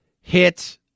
hit